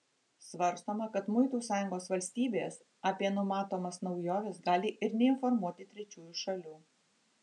svarstoma kad muitų sąjungos valstybės apie numatomas naujoves gali ir neinformuoti trečiųjų šalių